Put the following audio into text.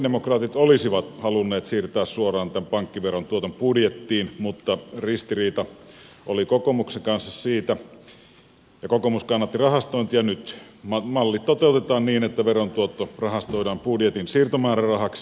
sosialidemokraatit olisivat halunneet siirtää tämän pankkiveron tuoton suoraan budjettiin mutta ristiriita oli kokoomuksen kanssa siitä ja kokoomus kannatti rahastointia ja nyt malli toteutetaan niin että veron tuotto rahastoidaan budjetin siirtomäärärahaksi